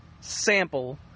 sample